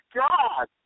god